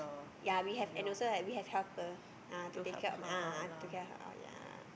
ya we have and also have we have helper ah to take care ah take care of her ya